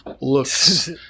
looks